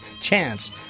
chance